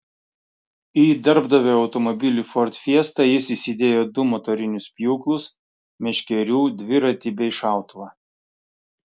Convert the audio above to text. į darbdavio automobilį ford fiesta jis įsidėjo du motorinius pjūklus meškerių dviratį bei šautuvą